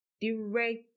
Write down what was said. direct